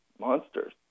monsters